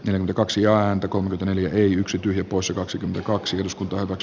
noin kaksi ääntä kun yleinen yksi poissa kaksikymmentäkaksi uskonto ovat